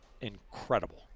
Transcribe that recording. incredible